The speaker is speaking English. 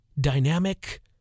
dynamic